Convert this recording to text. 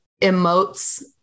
emotes